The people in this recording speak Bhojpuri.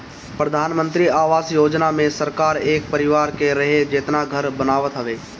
प्रधानमंत्री आवास योजना मे सरकार एक परिवार के रहे जेतना घर बनावत हवे